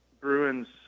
Bruins